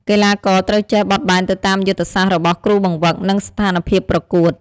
កីឡាករត្រូវចេះបត់បែនទៅតាមយុទ្ធសាស្ត្ររបស់គ្រូបង្វឹក និងស្ថានភាពប្រកួត។